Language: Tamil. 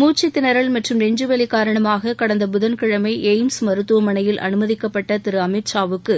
மூக்கத்திணறல் மற்றும் நெஞ்சுவலி காரணமாக கடந்த புதன்கிழமை எய்ம்ஸ் மருத்துவமனையில் அனுமதிக்கப்பட்ட திரு அமீத்ஷாவுக்கு